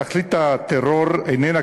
תכלית הטרור איננה,